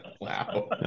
Wow